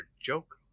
joke